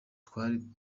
twali